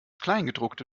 kleingedruckte